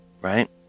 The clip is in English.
right